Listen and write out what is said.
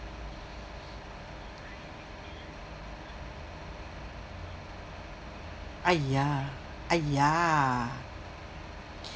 !aiya! !aiya!